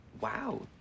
Wow